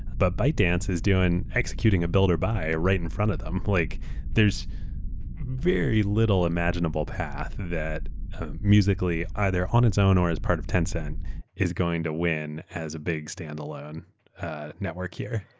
but bytedance is executing a build-or-buy right in front of them. like there's very little imaginable path that musical. ly either on its own or as part of tencent is going to win as a big standalone network here.